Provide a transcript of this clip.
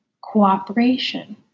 cooperation